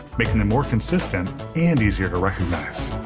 making them more consistent and easier to recognize.